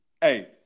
hey